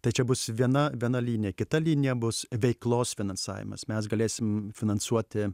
tai čia bus viena viena linija kita linija bus veiklos finansavimas mes galėsim finansuoti